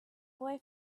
boy